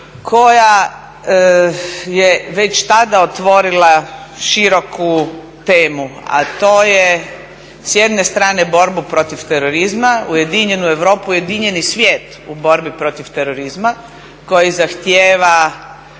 koja je već tada otvorila široku temu a to je s jedne strane borbu protiv terorizma, ujedinjenu Europu i ujedinjeni svijet u borbi protiv terorizma koji zahtjeva